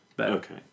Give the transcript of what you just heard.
Okay